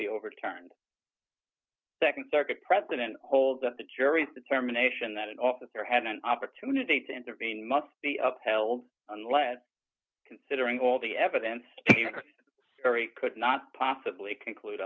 be overturned nd circuit precedent hold that the jury's determination that an officer had an opportunity to intervene must be upheld unless considering all the evidence could not possibly conclude